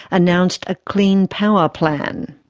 announced a clean power plan.